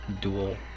dual